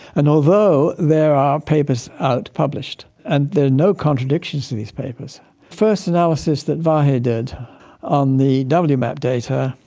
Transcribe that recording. and although there are papers out published and there are no contradictions to these papers, the first analysis that vahe did on the wmap data,